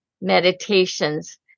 meditations